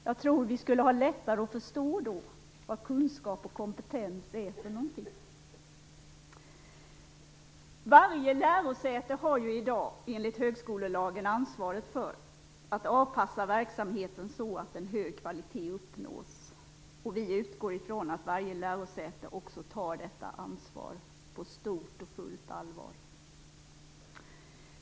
Jag tror att vi då skulle ha lättare att förstå vad kunskap och kompetens är. Varje lärosäte har i dag enligt högskolelagen ansvaret för att anpassa verksamheten så att en hög kvalitet uppnås. Vi utgår från att varje lärosäte också tar detta ansvar på stort och fullt allvar.